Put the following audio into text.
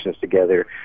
together